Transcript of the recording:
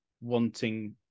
wanting